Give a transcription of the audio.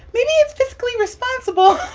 maybe it's fiscally responsible